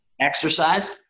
exercise